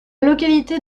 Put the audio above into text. localité